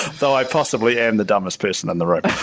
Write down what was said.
so i possibly am the dumbest person in the room.